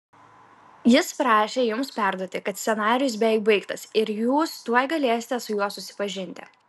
jis prašė jums perduoti kad scenarijus beveik baigtas ir jūs tuoj galėsite su juo susipažinti